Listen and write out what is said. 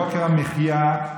יוקר המחיה,